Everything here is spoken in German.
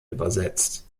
übersetzt